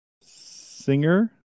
Singer